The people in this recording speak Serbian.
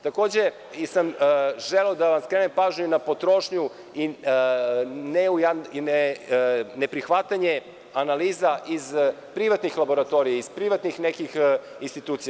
Takođe sam želeo da skrenem pažnju i na potrošnju i neprihvatanje analiza iz privatnih laboratorija, iz privatnih institucija.